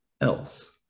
else